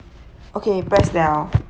okay press liao